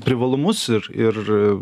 privalumus ir ir